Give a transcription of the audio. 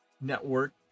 network